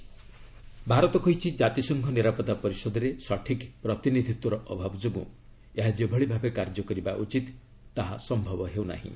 UNSC India Bharat କହିଛି ଜାତିସଂଘ ନିରାପତ୍ତା ପରିଷଦରେ ସଠିକ୍ ପ୍ରତିନିଧ୍ୱତ୍ୱର ଅଭାବ ଯୋଗୁଁ ଏହା ଯେଭଳି ଭାବେ କାର୍ଯ୍ୟ କରିବା ଉଚିତ୍ ତାହା ସମ୍ଭବ ହେଉନାହିଁ